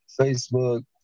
Facebook